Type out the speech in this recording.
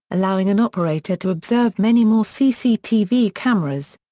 allowing an operator to observe many more cctv cameras.